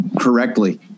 correctly